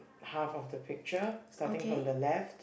half of the picture starting from the left